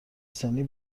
سنی